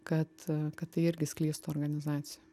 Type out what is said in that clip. kad kad tai irgi skleistų organizacija